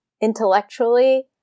intellectually